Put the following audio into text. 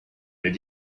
did